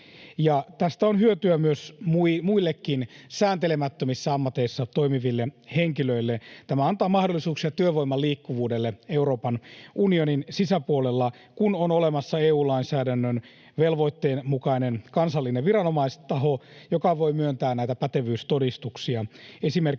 Tästä on hyötyä myös muille sääntelemättömissä ammateissa toimiville henkilöille. Tämä antaa mahdollisuuksia työvoiman liikkuvuudelle Euroopan unionin sisäpuolella, kun on olemassa EU-lainsäädännön velvoitteen mukainen kansallinen viranomaistaho, joka voi myöntää näitä pätevyystodistuksia esimerkiksi